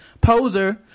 poser